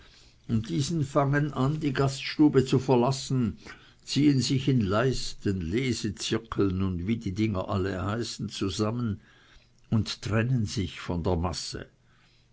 und diese fangen an die gaststube zu verlassen ziehen sich in leisten lesezirkeln und wie die dinger alle heißen zusammen und trennen sich von der masse